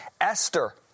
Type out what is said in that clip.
Esther